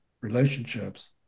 relationships